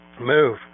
Move